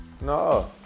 No